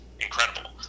incredible